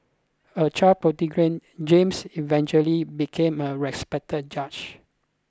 a child James eventually became a respected judge